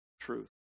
truth